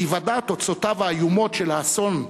בהיוודע תוצאותיו האיומות של האסון,